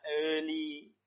early